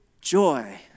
joy